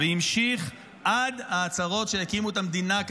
-- והמשיך עד ההצהרות שהקימו כאן את המדינה,